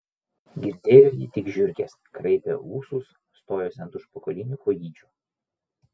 girdėjo jį tik žiurkės kraipė ūsus stojosi ant užpakalinių kojyčių